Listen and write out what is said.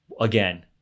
again